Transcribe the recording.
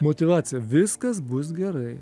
motyvacija viskas bus gerai